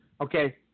okay